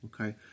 Okay